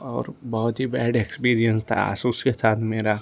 और बहुत ही बैड एक्सपीरियंस था आसुस के साथ मेरा